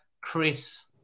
Chris